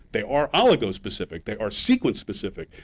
they are oligo-specific. they are sequence-specific.